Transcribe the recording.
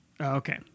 Okay